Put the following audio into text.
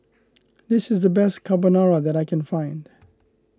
this is the best Carbonara that I can find